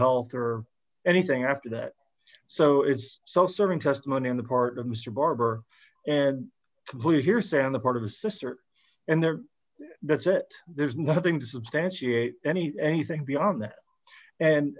healthcare or anything after that so it's so certain testimony on the part of mr barber and complete hearsay on the part of his sister and there that's it there's nothing to substantiate any anything beyond that and